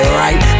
right